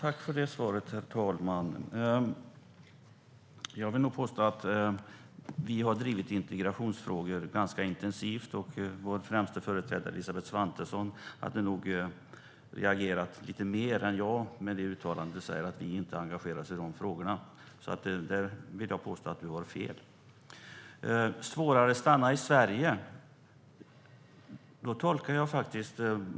Herr talman! Jag vill påstå att vi har drivit integrationsfrågor intensivt. Vår främsta företrädare Elisabeth Svantesson hade nog reagerat lite mer än jag mot uttalandet att vi inte engagerar oss i de frågorna. Där vill jag påstå att Magda Rasmusson har fel. Sedan var det en kommentar om att det skulle bli svårare att stanna kvar i Sverige.